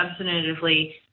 substantively